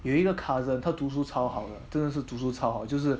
有一个 cousin 他读书超好的真的是读书超好就是